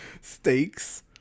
steaks